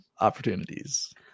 opportunities